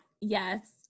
yes